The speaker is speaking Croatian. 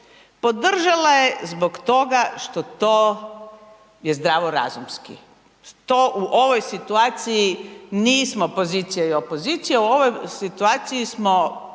Podržala je zbog toga što to je zdravorazumski. To u ovoj situaciji nismo pozicija i opozicija, u ovoj situaciji smo